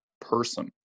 person